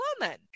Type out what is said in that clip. woman